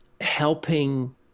helping